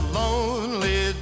lonely